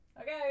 okay